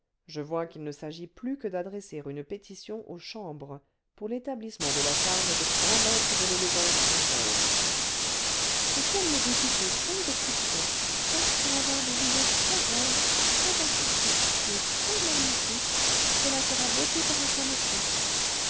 je vois qu'il ne s'agit plus que d'adresser une pétition aux chambres pour l'établissement de la charge de grand maître de l'élégance française et comme les députés sans exception passent pour avoir des idées très-grandes très artistiques et très magnifiques cela sera voté par acclamation